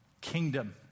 kingdom